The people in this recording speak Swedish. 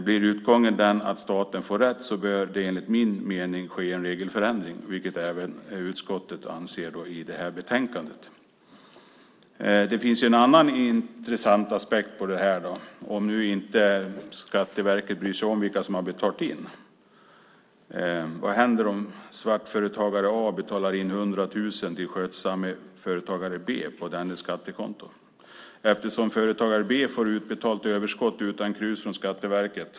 Om utgången innebär att staten får rätt bör det enligt min mening ske en regelförändring, vilket också utskottet anser i betänkandet. Det finns en annan intressant aspekt på detta. Om nu Skatteverket inte bryr sig om vilka som har betalat in, vad händer då om svartföretagare A betalar in 100 000 till skötsamme företagare B på dennes skattekonto och företagare B utan krus får utbetalt överskottet från Skatteverket?